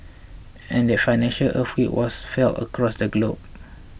and that financial earthquake was felt across the globe